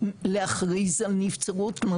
להכריז על נבצרות.